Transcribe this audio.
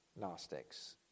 Gnostics